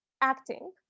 Acting